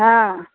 हँ